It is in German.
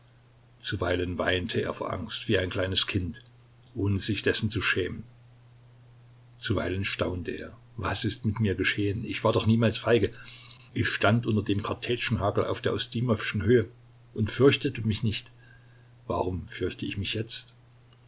zuweilen weinte er vor angst wie ein kleines kind ohne sich dessen zu schämen zuweilen staunte er was ist mit mir geschehen ich war doch niemals feige ich stand unter dem kartätschenhagel auf der ustimowschen höhe und fürchtete mich nicht warum fürchte ich mich jetzt